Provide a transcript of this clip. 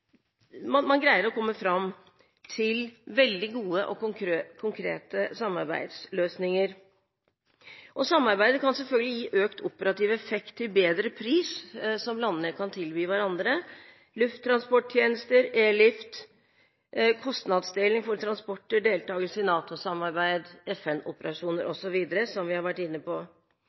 Man greier å komme fram til veldig gode og konkrete samarbeidsløsninger. Samarbeidet kan selvfølgelig gi økt operativ effekt til bedre pris som landene kan tilby hverandre – lufttransporttjenester, Airlift, kostnadsdeling for transporter, deltakelse i NATO-samarbeid, FN-operasjoner osv., som vi har vært inne på.